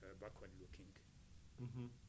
Backward-looking